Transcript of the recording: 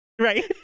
right